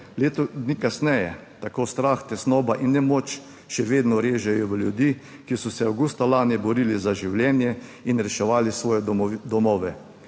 Leto dni kasneje tako strah, tesnoba in nemoč še vedno režejo v ljudi, ki so se avgusta lani borili za življenje in reševali svoje domove,